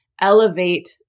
elevate